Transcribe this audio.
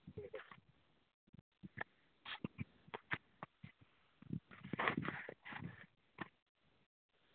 अ